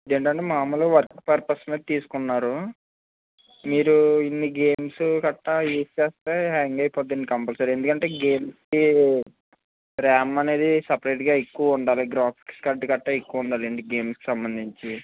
జనరల్గా మామూలుగా work purpose మీద తీసుకున్నారు మీరు ఇన్ని గేమ్స్ గట్రా యూస్ చేస్తే హ్యాంగ్ అయిపోతుంది కంపల్సరీ ఎందుకంటే గేమ్స్కి ర్యామ్ అనేది సెపరేట్గా ఎక్కువ ఉండాలి గ్రాఫిక్స్ కార్డ్ గట్రా ఎక్కువ ఉండాలండీ గేమ్స్కి సంబంధించి